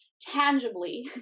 tangibly